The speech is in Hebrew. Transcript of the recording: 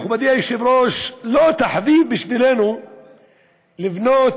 מכובדי היושב-ראש, לא תחביב בשבילנו לבנות